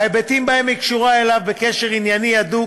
בהיבטים שבהם היא קשורה אליו בקשר ענייני הדוק,